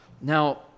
Now